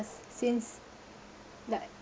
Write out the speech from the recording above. since like